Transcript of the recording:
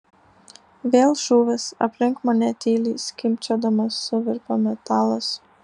vėl šūvis aplink mane tyliai skimbčiodamas suvirpa metalas